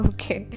Okay